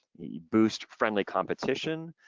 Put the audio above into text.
boost friendly competition,